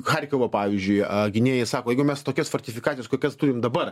charkovo pavyzdžiui gynėjai sako jeigu mes tokios fortifikacijos kokias turime dabar